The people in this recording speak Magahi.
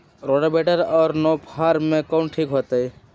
रोटावेटर और नौ फ़ार में कौन ठीक होतै?